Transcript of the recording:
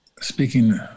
speaking